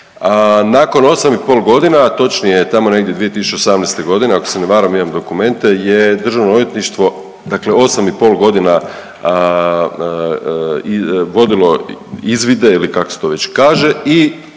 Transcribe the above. Nakon 8,5 g., točnije tamo negdje 2018. g., ako se ne varam, imam dokumente, je DORH dakle 8,5 godina vodilo izvide il kak se to već kaže i